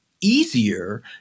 easier